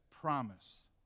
promise